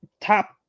top